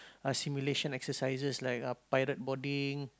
a simulation exercise like a pirate boarding